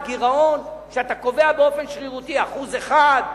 גירעון שאתה קובע באופן שרירותי 1%,